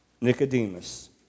Nicodemus